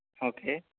okay